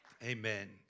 Amen